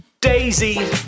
Daisy